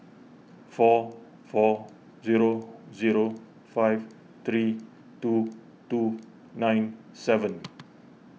four four zero zero five three two two nine seven